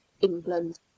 England